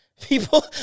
People